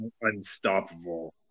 Unstoppable